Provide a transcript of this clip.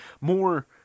more